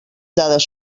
dades